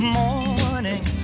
morning